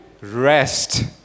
rest